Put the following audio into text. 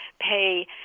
pay